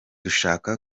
dushaka